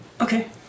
Okay